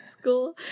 school